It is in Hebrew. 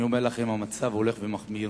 אני אומר לכם שהמצב הולך ומחמיר.